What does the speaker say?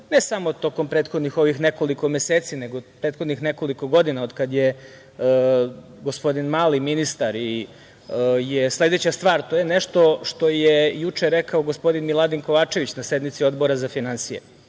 ne samo tokom prethodnih ovih nekoliko meseci, nego prethodnih nekoliko godina od kada je gospodin Mali ministar, je sledeća stvar, to je nešto što je juče rekao gospodin Miladin Kovačević na sednici Odbora za finansije